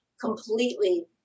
completely